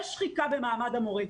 יש שחיקה במעמד המורה,